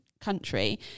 country